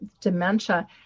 dementia